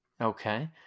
Okay